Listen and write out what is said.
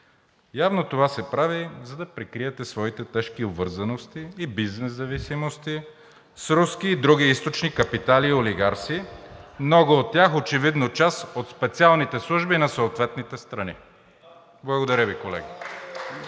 Явно това се прави, за да прикриете своите тежки обвързаности и бизнес зависимости с руски и други източни капитали и олигарси, много от тях очевидно част от специалните служби на съответните страни. Благодаря Ви, колеги.